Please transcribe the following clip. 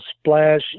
splash